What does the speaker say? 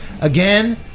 Again